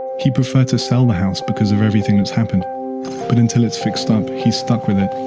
he'd prefer to sell the house because of everything that's happened but until it's fixed up, he's stuck with it,